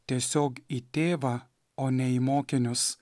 tiesiog į tėvą o ne į mokinius